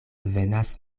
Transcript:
venas